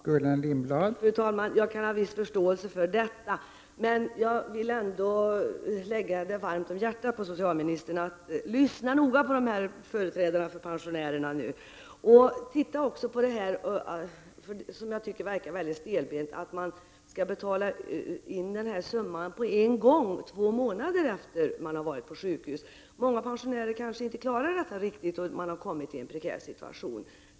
Fru talman! Jag kan ha viss förståelse för detta, men jag vill ändå att det skall ligga socialministern varmt om hjärtat att lyssna noga på företrädarna för pensionärerna och att titta på de, som jag tycker, mycket stela reglerna att man skall betala in hela summan på en gång två månader efter det att man har varit på sjukhus. Många pensionärer kanske inte klarar detta, och de har kommit i en prekär situation.